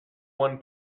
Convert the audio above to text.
one